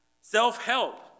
Self-help